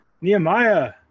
Nehemiah